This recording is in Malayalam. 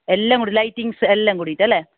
എല്ലാം കൂടെ ലൈറ്റിംഗ്സ് എല്ലാം കൂടിയിട്ടല്ലേ